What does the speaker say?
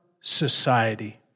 society